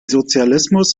sozialismus